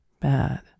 bad